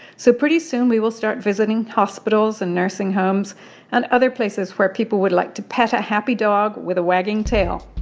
so pretty soon, we will start visiting hospitals and nursing homes and other places where people would like to pet a happy dog with a wagging tail.